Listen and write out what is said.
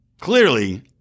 clearly